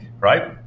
right